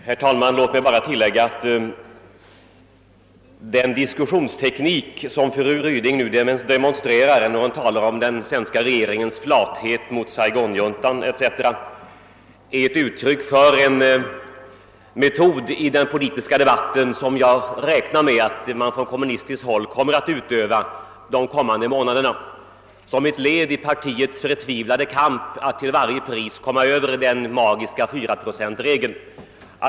Herr talman! Låt mig bara tillägga att den diskussionsteknik som fru Ryding demonstrerar när hon talar om den svenska regeringens flathet mot Saigonjuntan etc. är ett uttryck för den metod i den politiska debatten, som jag räknar med att man från kommunistiskt håll kommer att tillämpa under de följande månaderna och som utgör ett led i partiets förtvivlade kamp att till varje pris komma över den magiska fyraprocentsgränsen.